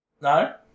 No